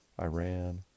Iran